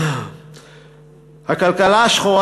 הכלכלה השחורה,